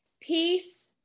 peace